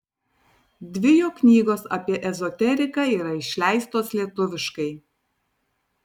dvi jo knygos apie ezoteriką yra išleistos lietuviškai